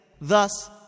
Thus